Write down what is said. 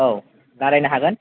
औ रायलायनो हागोन